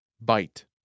Bite